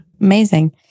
Amazing